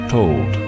Told